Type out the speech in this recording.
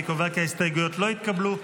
אני קובע כי ההסתייגויות לא התקבלו.